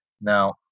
Now